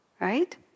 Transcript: Right